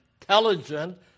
intelligent